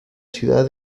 ciudad